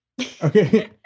Okay